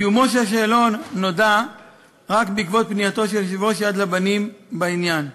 קיומו של השאלון נודע רק בעקבות פנייתו של יושב-ראש "יד לבנים" בעניין.